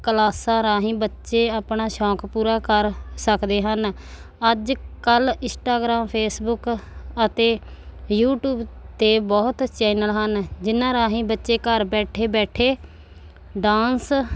ਕਲਾਸਾਂ ਰਾਹੀਂ ਬੱਚੇ ਆਪਣਾ ਸ਼ੌਕ ਪੂਰਾ ਕਰ ਸਕਦੇ ਹਨ ਅੱਜ ਕੱਲ੍ਹ ਇਸਟਾਗ੍ਰਾਮ ਫੇਸਬੁੱਕ ਅਤੇ ਯੂਟਿਊਬ 'ਤੇ ਬਹੁਤ ਚੈਨਲ ਹਨ ਜਿਹਨਾਂ ਰਾਹੀਂ ਬੱਚੇ ਘਰ ਬੈਠੇ ਬੈਠੇ ਡਾਂਸ